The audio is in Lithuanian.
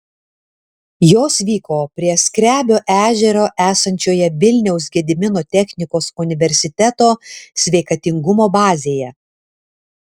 jos vyko prie skrebio ežero esančioje vilniaus gedimino technikos universiteto sveikatingumo bazėje